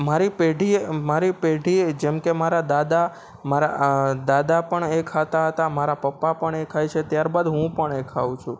મારી પેઢીએ મારી પેઢીએ જેમકે મારા દાદા મારા આ દાદા પણ એ ખાતા હતા મારા પપ્પા પણ એ ખાય છે ત્યારબાદ હું પણ એ ખાઉં છું